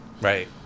Right